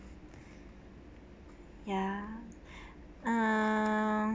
ya um